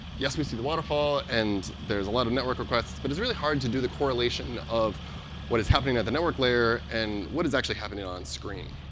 yes we see the waterfall. and there's a lot of network requests, but it's really hard to do the correlation of what is happening at the network layer and what is actually happening onscreen.